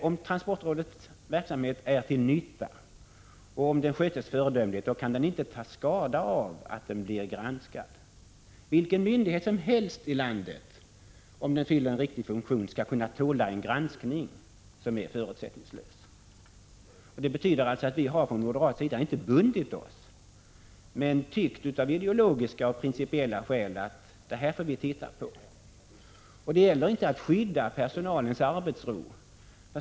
Om transportrådets verksamhet är till nytta och om den sköts föredömligt, kan den inte ta skada av att den blir granskad. Vilken myndighet som helst i landet, om den fyller en riktig funktion, skall kunna tåla en förutsättningslös granskning. Vi från moderat sida har inte bundit oss utan tycker av ideologiska och 121 principiella skäl att det här är någonting vi måste titta på. Det gäller inte att skydda personalens arbetsro.